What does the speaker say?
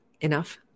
enough